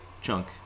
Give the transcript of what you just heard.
chunk